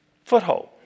Foothold